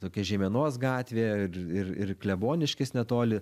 tokia žeimenos gatvė ir ir ir kleboniškis netoli